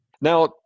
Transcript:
Now